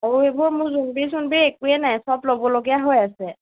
অঁ এইবোৰ মোৰ জোনবিৰি চোনবিৰি একোৱে নাই চব ল'বলগীয়া হৈ আছে